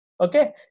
okay